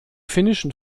finnischen